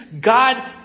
God